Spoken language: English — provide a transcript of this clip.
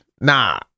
Nah